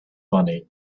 money